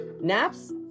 Naps